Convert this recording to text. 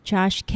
Josh